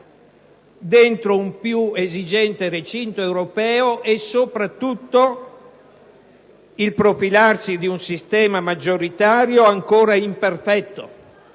dentro un più esigente recinto europeo e, soprattutto, il configurarsi di un maggioritario ancora imperfetto,